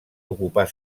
ocupar